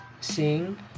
sing